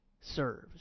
serves